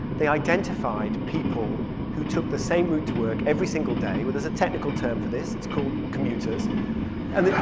they identified people who took the same route to work every single day. well, there's a technical term for this. it's called commuters and